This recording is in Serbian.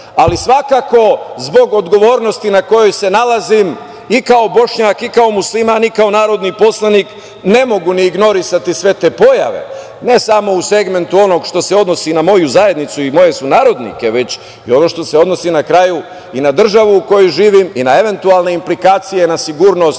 ali svakako zbog odgovornosti na kojoj se nalazim i kao Bošnjak i kao musliman i kao narodni poslanik ne mogu ni ignorisati sve te pojave, ne samo u segmentu onog što se odnosi na moju zajednicu i moje sunarodnike, već i ono što se odnosi na kraju i na državu u kojoj živim i na eventualne implikacije na sigurnost